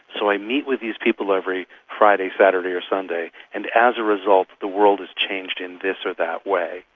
so i meet with these people every friday, saturday, or sunday, and as a result the world is changed in this or that way'.